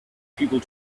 people